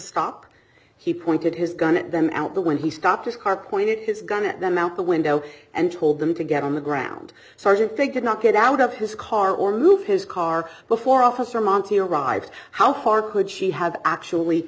stop he pointed his gun at them out there when he stopped his car pointed his gun at them out the window and told them to get on the ground sergeant they could not get out of his car or move his car before officer monti arrives how far could she have actually